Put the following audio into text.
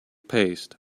paste